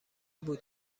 بود